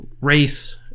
race